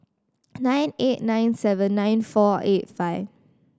nine eight nine seven nine four eight five